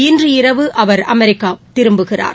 இன்று இரவு அவர் அமெரிக்கா புறப்படுகிறார்